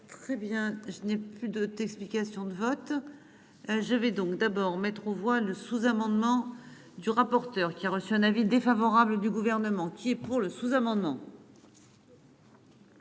Très bien je n'ai plus de, tu. Explications de vote. Je vais donc d'abord mettre aux voix le sous-amendement du rapporteur qui a reçu un avis défavorable du gouvernement qui est pour le sous-amendement.